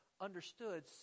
understood